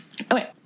Okay